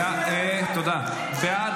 להעביר את